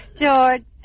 George